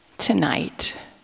tonight